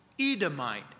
Edomite